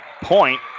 point